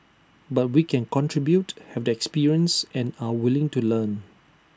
but we can contribute have the experience and are willing to learn